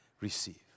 Receive